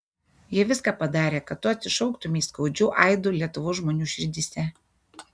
jie viską padarė kad tu atsišauktumei skaudžiu aidu lietuvos žmonių širdyse